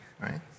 right